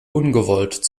ungewollt